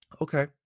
Okay